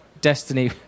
destiny